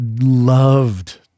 loved